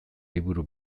liburu